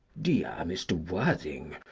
dear mr. worthing,